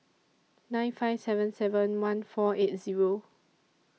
nine five seven seven one four eight Zero